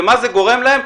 ולמה זה גורם להם.